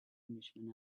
englishman